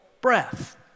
breath